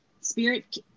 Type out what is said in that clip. Spirit